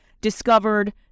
discovered